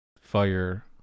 fire